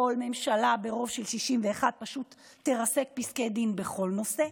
כל ממשלה ברוב של 61 פשוט תרסק פסקי דין בכל נושא,